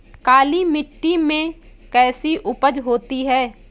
काली मिट्टी में कैसी उपज होती है?